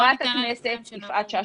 בוא וניתן לה לסיים.